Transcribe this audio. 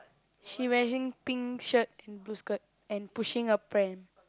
she wearing pink shirt and blue skirt and pushing a pram